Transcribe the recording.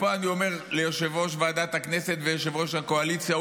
ופה אני אומר ליושב-ראש ועדת הכנסת ויושב-ראש הקואליציה,